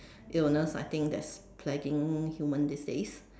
illness I think that is plaguing human these days